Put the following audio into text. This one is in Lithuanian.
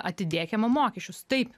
atidėkime mokesčius taip